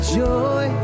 joy